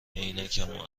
عینکمو